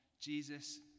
Jesus